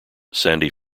sandy